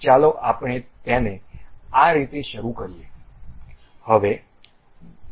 ચાલો આપણે તેને આ રીતે શરૂ કરીએ